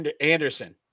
Anderson